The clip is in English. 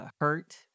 hurt